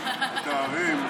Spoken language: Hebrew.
התארים,